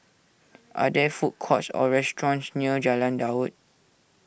are there food courts or restaurants near Jalan Daud